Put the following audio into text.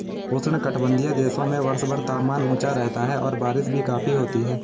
उष्णकटिबंधीय देशों में वर्षभर तापमान ऊंचा रहता है और बारिश भी काफी होती है